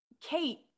Kate